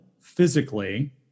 physically